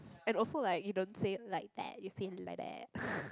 and also like you don't say like that you say like that